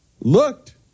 Looked